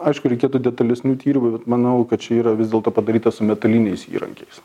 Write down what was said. aišku reikėtų detalesnių tyrimų bet manau kad čia yra vis dėlto padaryta su metaliniais įrankiais